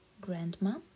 Grandma